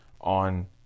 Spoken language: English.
on